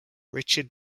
richard